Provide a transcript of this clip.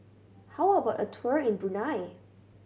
how about a tour in Brunei